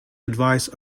advice